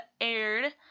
aired